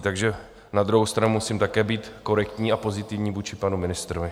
Takže na druhou stranu musím také být korektní a pozitivní vůči panu ministrovi.